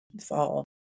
fall